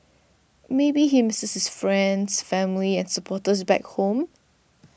maybe he misses his friends and supporters back home